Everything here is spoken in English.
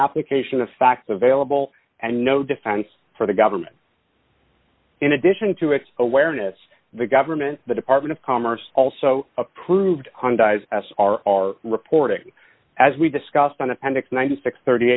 application of facts available and no defense for the government in addition to its awareness the government the department of commerce also approved our reporting as we discussed on appendix ninety six